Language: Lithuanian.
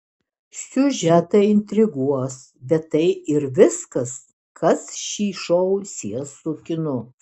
siužetai intriguos bet tai ir viskas kas šį šou sies su kinu